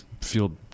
feel